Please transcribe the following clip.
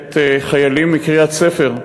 עת חיילים מקריית-ספר,